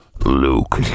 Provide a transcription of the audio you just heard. Luke